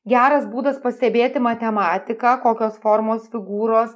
geras būdas pastebėti matematiką kokios formos figūros